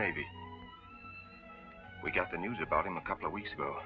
navy we got the news about him a couple of weeks ago